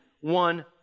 one